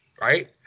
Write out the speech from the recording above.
right